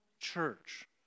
church